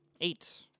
Eight